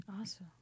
Awesome